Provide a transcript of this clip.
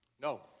No